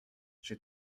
j’ai